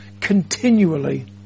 continually